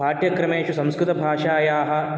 पाठ्यक्रमेषु संस्कृतभाषायाः